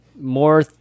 more